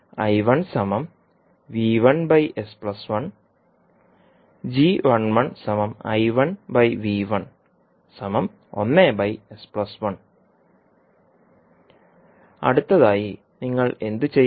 അടുത്തതായി നിങ്ങൾ എന്തുചെയ്യണം